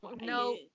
No